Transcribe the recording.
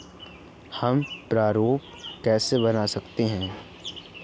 हम प्रारूप कैसे बना सकते हैं?